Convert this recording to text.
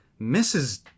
Mrs